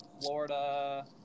Florida